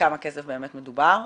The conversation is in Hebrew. בכמה כסף באמת מדובר,